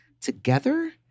together